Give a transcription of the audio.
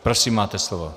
Prosím, máte slovo.